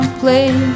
play